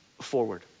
forward